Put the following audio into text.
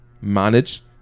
manage